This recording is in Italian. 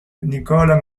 nicola